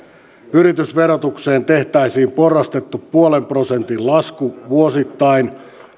yritysverotukseen tehtäisiin porrastettu nolla pilkku viiden prosentin lasku vuosittain